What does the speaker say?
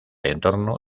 entorno